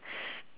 s~